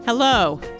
Hello